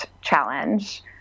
challenge